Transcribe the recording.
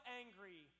angry